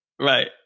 Right